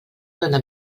dóna